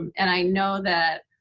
and i know that